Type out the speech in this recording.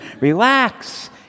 Relax